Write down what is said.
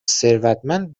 ثروتمند